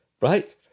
right